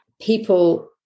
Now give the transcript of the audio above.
people